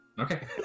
Okay